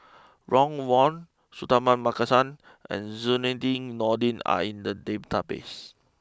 Ron Wong Suratman Markasan and Zainudin Nordin are in the database